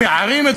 בפערים,